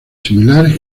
similares